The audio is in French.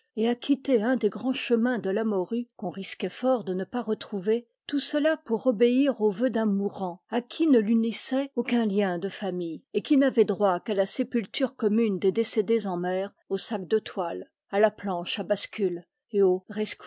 et à quitter un des grands chemins de la morue qu'on risquait fort de ne pas retrouver tout cela pour obéir au vœu d'un mourant à qui ne l'unissait aucun lien de famille et qui n'avait droit qu'à la sépulture commune des décédés en mer au sac de toile à la planche à bascule et